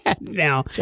Now